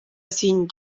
sind